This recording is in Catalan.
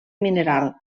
mineral